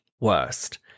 worst